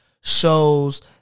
shows